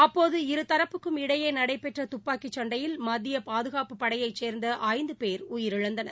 அப்போது இருதரப்புக்கும் இடையே நடைபெற்ற தப்பாக்கிச் சண்டையில் மத்திய பாதுகாப்புப் படையை சேர்ந்த ஐந்து பேர் உயிரிழந்தனர்